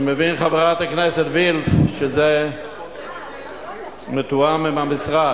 אני מבין, חברת הכנסת וילף, שזה מתואם עם המשרד.